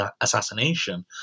assassination